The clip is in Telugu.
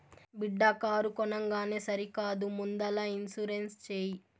బిడ్డా కారు కొనంగానే సరికాదు ముందల ఇన్సూరెన్స్ చేయి